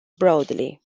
broadly